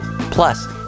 plus